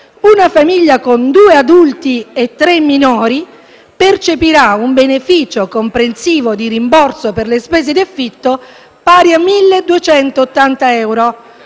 una famiglia composta da due adulti e tre minori percepirà un beneficio comprensivo di rimborso per le spese di affitto pari a 1.280 euro;